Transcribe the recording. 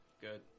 good